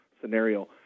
scenario